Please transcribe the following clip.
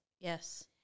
Yes